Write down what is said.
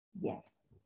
yes